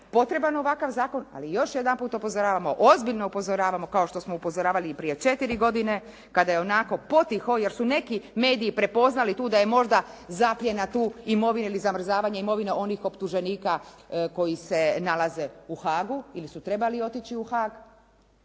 potreban ovakav zakon, ali još jedanput upozoravamo, ozbiljno upozoravamo kao što smo upozoravali i prije četiri godine, kada je onako potiho, jer su neki mediji prepoznali tu da je možda zapljena tu imovine ili zamrzavanja imovine onih optuženika koji se nalaze u Haagu, ili su trebali otići u Haag,